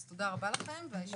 אז תודה לכם והישיבה נעולה.